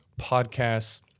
podcasts